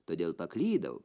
todėl paklydau